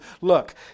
look